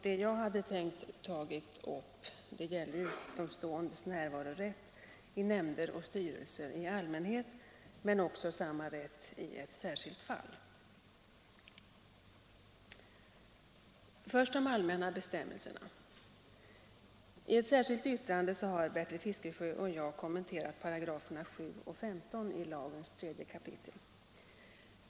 Det jag hade tänkt ta upp gäller utomståendes närvarorätt i nämnder och styrelser i allmänhet men också samma rätt i ett särskilt fall. Först något om de allmänna bestämmelserna! I ett särskilt yttrande har Bertil Fiskesjö och jag kommenterat §§ 7 och 15 i lagens tredje kapitel.